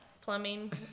plumbing